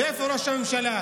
ואיפה ראש הממשלה?